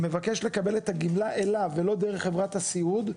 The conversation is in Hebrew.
שמבקש לקבל את הגמלה אליו ולא דרך חברת הסיעוד,